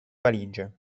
valige